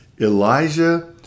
Elijah